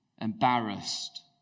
Embarrassed